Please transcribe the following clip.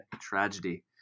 Tragedy